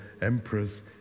emperors